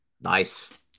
Nice